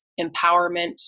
empowerment